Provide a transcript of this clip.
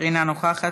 אינה נוכחת,